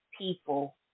people